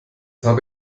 habe